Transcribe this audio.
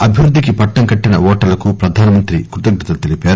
అభివృద్ధికి పట్టం కట్టిన ఓటర్లకు ప్రధానమంత్రి కృతజతలు తెలిపారు